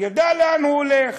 ידע לאן הוא הולך.